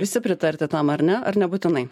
visi pritarti tam ar ne ar nebūtinai